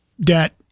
debt